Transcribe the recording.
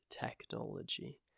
technology